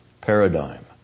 paradigm